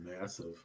massive